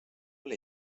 oli